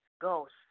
Ghost